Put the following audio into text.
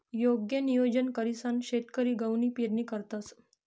योग्य नियोजन करीसन शेतकरी गहूनी पेरणी करतंस